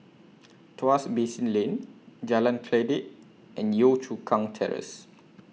Tuas Basin Lane Jalan Kledek and Yio Chu Kang Terrace